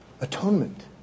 atonement